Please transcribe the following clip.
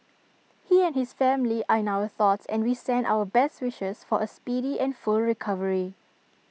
he and his family are in our thoughts and we send our best wishes for A speedy and full recovery